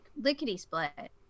lickety-split